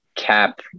cap